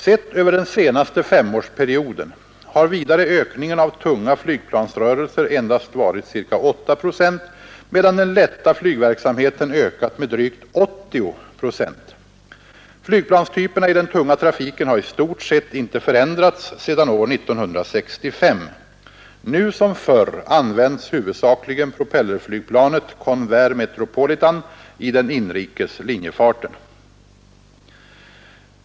Sett över den senaste femårsperioden har vidare ökningen av tunga flygplansrörelser endast varit ca 8 procent, medan den lätta flygverksamheten ökat med drygt 80 procent. Flygplanstyperna i den tunga trafiken har i stort sett inte förändrats sedan år 1965. Nu som förr används huvudsakligen propellerflygplanet Convair Metropolitan i den inrikes linjefarten.